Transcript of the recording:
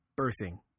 birthing